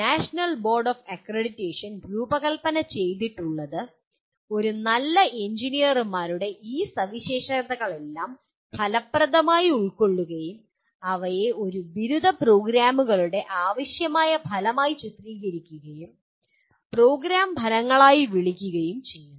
national board of accreditation രൂപകൽപ്പന ചെയ്തിട്ടുള്ളത് നല്ല എഞ്ചിനീയർമാരുടെ ഈ സവിശേഷതകളെല്ലാം ഫലപ്രദമായി ഉൾക്കൊള്ളുകയും അവയെ ഒരു ബിരുദ പ്രോഗ്രാമുകളുടെ ആവശ്യമായ ഫലമായി ചിത്രീകരിക്കുകയും പ്രോഗ്രാം ഫലങ്ങളായി വിളിക്കുകയും ചെയ്യുന്നു